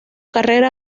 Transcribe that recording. carrera